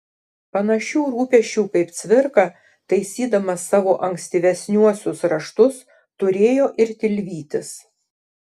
panašių rūpesčių kaip cvirka taisydamas savo ankstyvesniuosius raštus turėjo ir tilvytis